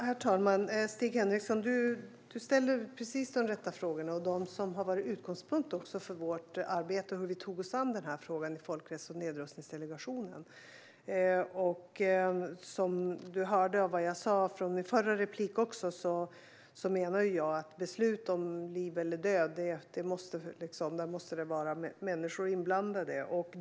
Herr talman! Stig Henriksson ställer precis de rätta frågorna. Det var också dessa frågor som var utgångspunkten för vårt arbete när vi tog oss an den här frågan i Folkrätts och nedrustningsdelegationen. Som jag sa i mitt förra inlägg menar jag att när det fattas beslut om liv eller död måste det vara människor inblandade.